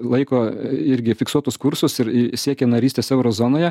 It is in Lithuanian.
laiko irgi fiksuotus kursus ir siekia narystės euro zonoje